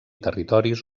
territoris